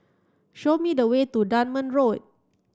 show me the way to Dunman Road